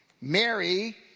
Mary